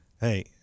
hey